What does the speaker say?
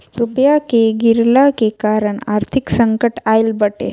रुपया के गिरला के कारण आर्थिक संकट आईल बाटे